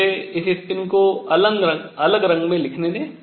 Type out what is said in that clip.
मुझे इसे स्पिन को अलग रंग में लिखने दें